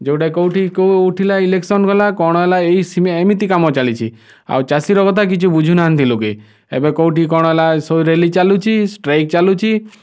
ଯେଉଁଟା କେଉଁଠି କେଉଁ ଉଠିଲା ଇଲେକ୍ସନ୍ ଗଲା କ'ଣ ହେଲା ଏଇ ଏମିତି କାମ ଚାଲିଛି ଆଉ ଚାଷୀର କଥା କିଛି ବୁଝୁନାହାଁନ୍ତି ଲୋକେ ଏବେ କେଉଁଠି କ'ଣ ହେଲା ସବୁ ରାଲି ଚାଲୁଛି ଷ୍ଟ୍ରାଇକ୍ ଚାଲୁଛି